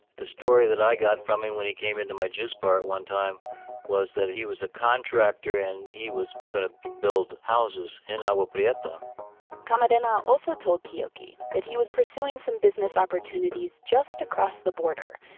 the story that i got from him when he came into my juice bar at one time was that he was a contractor, and he was going to build houses in agua prieta camarena also told keoki that he was pursuing some business opportunities just across the border,